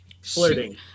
flirting